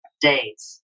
days